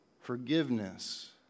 forgiveness